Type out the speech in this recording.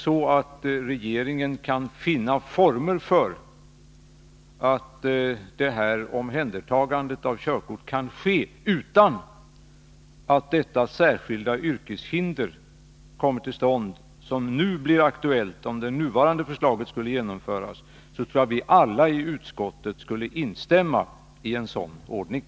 Om regeringen kan finna former för omhändertagande av körkort så att det kan ske utan det särskilda yrkeshinder som blir aktuellt om nuvarande förslag skulle genomföras, tror jag att alla i utskottet skulle instämma i det förslaget.